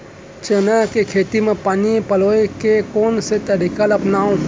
चना के खेती म पानी पलोय के कोन से तरीका ला अपनावव?